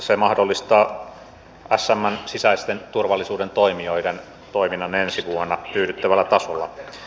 se mahdollistaa smn sisäisen turvallisuuden toimijoiden toiminnan ensi vuonna tyydyttävällä tasolla